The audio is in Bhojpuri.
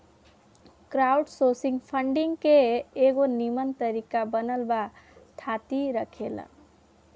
क्राउडसोर्सिंग फंडिंग के एगो निमन तरीका बनल बा थाती रखेला